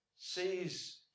Sees